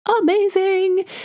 amazing